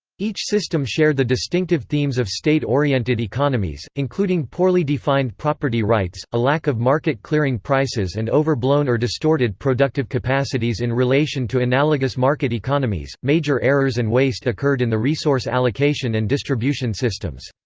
each system shared the distinctive themes of state-oriented economies, including poorly defined property rights, a lack of market clearing prices and overblown or distorted productive capacities in relation to analogous market economies major errors and waste occurred in the resource allocation and distribution systems.